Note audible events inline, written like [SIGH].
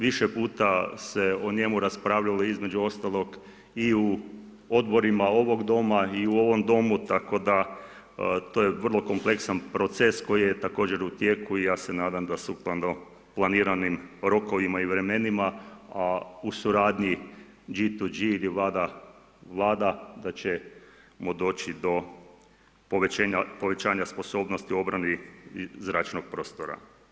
Više puta se o njemu raspravljalo, između ostalog i u odborima ovog doma i u ovom domu, tako da to je vrlo kompleksan proces koji je također u tijeku i ja se nadam da sukladno planiranim rokovima i vremenima, a u suradnji ... [UNINTELLIGIBLE] ili vlada-vlada da ćemo doći do povećanja sposobnosti obrambenih i zračnog prostora.